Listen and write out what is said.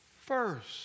first